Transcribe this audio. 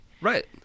Right